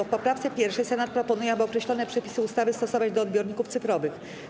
W poprawce 1. Senat proponuje, aby określone przepisy ustawy stosować do odbiorników cyfrowych.